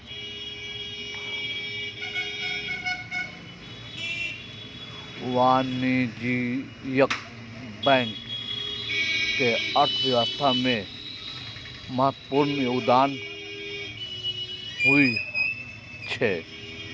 वाणिज्यिक बैंक के अर्थव्यवस्था मे महत्वपूर्ण योगदान होइ छै